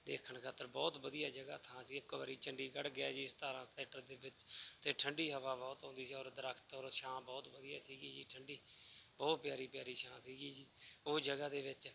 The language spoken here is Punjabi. ਦੇਖਣ ਖਾਤਰ ਬਹੁਤ ਵਧੀਆ ਜਗ੍ਹਾ ਥਾਂ ਸੀ ਇੱਕ ਵਾਰੀ ਚੰਡੀਗੜ੍ਹ ਗਿਆ ਜੀ ਸਤਾਰਾਂ ਸੈਕਟਰ ਦੇ ਵਿੱਚ ਅਤੇ ਠੰਡੀ ਹਵਾ ਬਹੁਤ ਆਉਂਦੀ ਸੀ ਔਰ ਦਰਖਤ ਔਰ ਸ਼ਾਮ ਬਹੁਤ ਵਧੀਆ ਸੀਗੀ ਜੀ ਠੰਡੀ ਬਹੁਤ ਪਿਆਰੀ ਪਿਆਰੀ ਛਾਂ ਸੀਗੀ ਜੀ ਉਹ ਜਗ੍ਹਾ ਦੇ ਵਿੱਚ